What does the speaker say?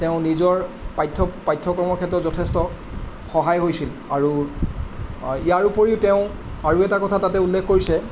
তেওঁ নিজৰ পাঠ্য পাঠ্যক্ৰমৰ ক্ষেত্ৰত যথেষ্ট সহায় হৈছিল আৰু ইয়াৰ উপৰিও তেওঁ আৰু এটা কথা তাতে উল্লেখ কৰিছে